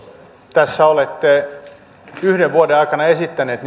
tässä olette yhden vuoden aikana esittänyt